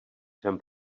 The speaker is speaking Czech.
jsem